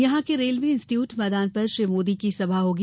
यहां के railway institute मैदान पर श्री मोदी की सभा होगी